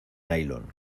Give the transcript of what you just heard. nailon